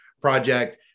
project